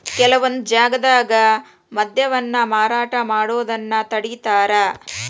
ಕೆಲವೊಂದ್ ಜಾಗ್ದಾಗ ಮದ್ಯವನ್ನ ಮಾರಾಟ ಮಾಡೋದನ್ನ ತಡೇತಾರ